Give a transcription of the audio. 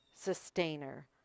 sustainer